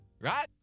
Right